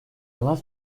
love